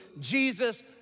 Jesus